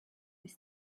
with